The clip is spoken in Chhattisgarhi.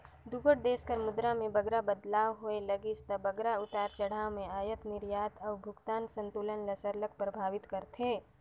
दुगोट देस कर मुद्रा में बगरा बदलाव होए लगिस ता बगरा उतार चढ़ाव में अयात निरयात अउ भुगतान संतुलन ल सरलग परभावित करथे